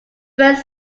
friends